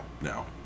now